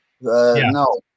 no